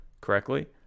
correctly